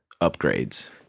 upgrades